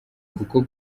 kuko